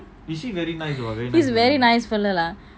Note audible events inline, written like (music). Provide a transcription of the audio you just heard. (laughs) he's a very nice fella lah